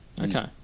Okay